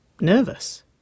Nervous